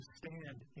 stand